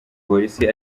polisi